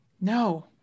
No